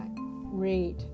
read